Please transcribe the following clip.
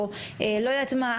או לא יודעת מה,